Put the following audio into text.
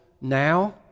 now